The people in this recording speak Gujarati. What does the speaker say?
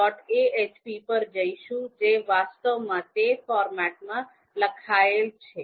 ahp પર જઈશું જે વાસ્તવમાં તે ફોર્મેટમાં લખાયેલ છે